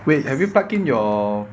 wait have you plug in your